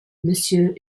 monsieur